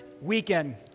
weekend